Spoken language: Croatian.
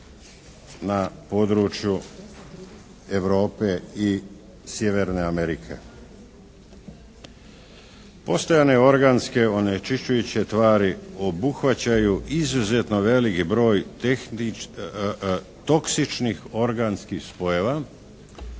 na području Europe i Sjeverne Amerike. Postojane organske onečišćujuće tvari obuhvaćaju izuzetno veliki broj toksičnih organskih spojeva